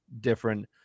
different